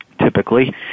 Typically